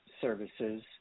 services